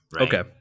Okay